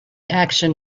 action